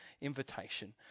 invitation